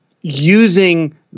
using